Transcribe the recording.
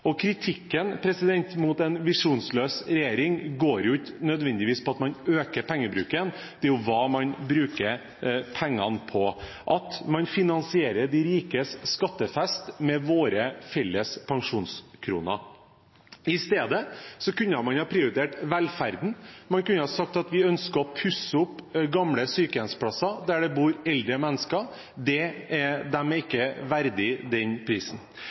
pengene. Kritikken mot en visjonsløs regjering går ikke nødvendigvis på at man øker pengebruken, det gjelder jo hva man bruker pengene på, at man finansierer de rikes skattefest med våre felles pensjonskroner. I stedet kunne man ha prioritert velferden. Man kunne ha sagt at vi ønsker å pusse opp gamle sykehjemsplasser der det bor eldre mennesker. De er ikke verdig den prisen.